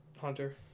Hunter